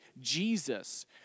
Jesus